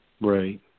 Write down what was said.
right